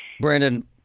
Brandon